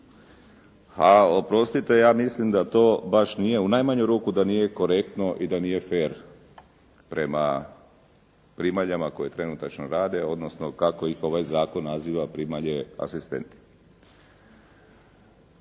A oprostite, ja mislim da to baš nije u najmanju ruku da nije korektno i da nije fer prema primalja koje trenutačno rade odnosno kako ih ovaj zakon naziva primalje asistenti.